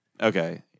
Okay